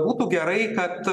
būtų gerai kad